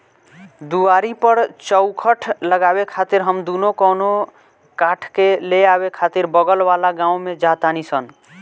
दुआरी पर चउखट लगावे खातिर हम दुनो कवनो काठ ले आवे खातिर बगल वाला गाँव में जा तानी सन